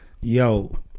Yo